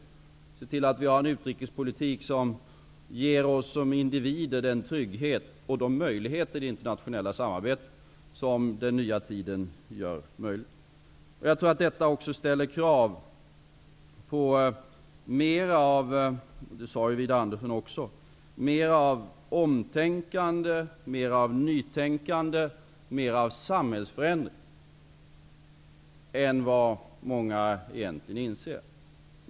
Vi skall se till att vi har en utrikespolitik som ger oss som individer den trygghet som det internationella samarbetet i den nya tiden gör möjligt. Detta ställer krav på -- och det här sade Widar Andersson också -- mera av omtänkande, nytänkande och samhällsförändring än vad många egentligen inser.